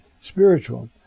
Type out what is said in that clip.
Spiritual